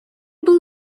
был